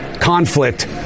conflict